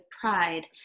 pride